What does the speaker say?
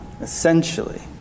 Essentially